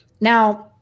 now